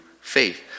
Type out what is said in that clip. faith